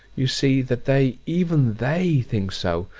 you see, that they, even they, think so,